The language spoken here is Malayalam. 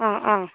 ആ ആ